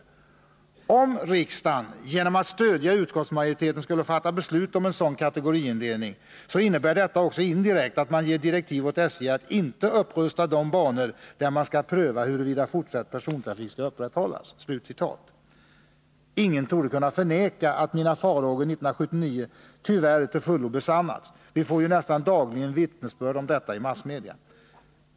Om riksdagen genom att stöjda utskottsmajoriteten skulle fatta beslut om en sådan kategoriindelning, så innebär detta också indirekt att man ger direktiv åt SJ att inte upprusta de banor där man skall pröva huruvida fortsatt persontrafik skall upprätthållas.” Ingen torde kunna förneka att mina farhågor 1979 tyvärr till fullo besannats. Vi får ju nästan dagligen vittnesbörd om detta i massmedia.